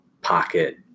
pocket